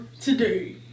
today